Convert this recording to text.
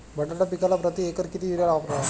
बटाटा पिकाला प्रती एकर किती युरिया वापरावा?